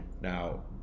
Now